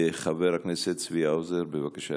חבר הכנסת צבי האוזר, בבקשה,